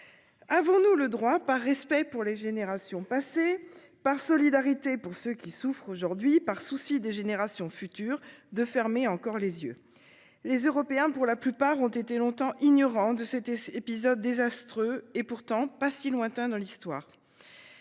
Avons-nous le droit par respect pour les générations passées par solidarité pour ceux qui souffrent aujourd'hui par souci des générations futures de fermer encore les yeux les Européens pour la plupart ont été longtemps ignorant de cet épisode désastreux et pourtant pas si lointain dans l'histoire.